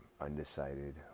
undecided